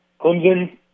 Clemson